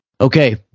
Okay